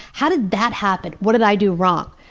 how did that happen? what did i do wrong?